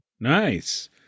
nice